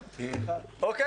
הצבעה אושרו.